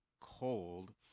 cold